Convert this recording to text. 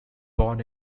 born